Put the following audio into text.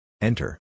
Enter